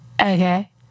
okay